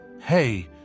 Hey